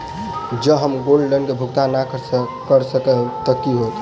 जँ हम gold loan केँ भुगतान न करऽ सकबै तऽ की होत?